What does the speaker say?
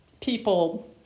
people